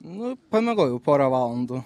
nu pamiegojau porą valandų